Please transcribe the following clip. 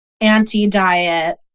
anti-diet